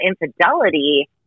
infidelity